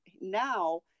now